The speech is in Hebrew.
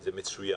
זה מצוין,